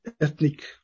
ethnic